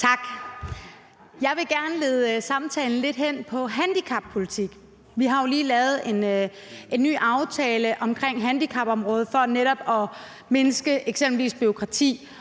Tak. Jeg vil gerne lede samtalen lidt hen på handicappolitik. Vi har jo lige lavet en ny aftale om handicapområdet for netop at mindske eksempelvis bureaukrati.